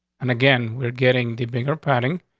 and again, we're getting the bigger prodding.